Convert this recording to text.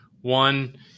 one